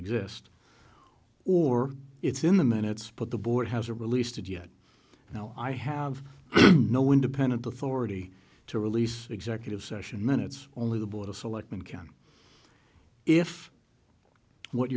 exist or it's in the minutes but the board has a release to do yet now i have no independent authority to release executive session minutes only the board of selectmen can if what